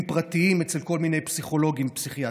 פרטיים אצל כל מיני פסיכולוגים ופסיכיאטרים.